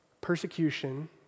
Persecution